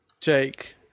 Jake